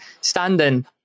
standing